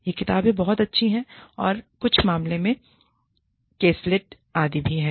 ये किताबें बहुत अच्छी हैं इनमें कुछ मामले आदि भी हैं